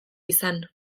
izan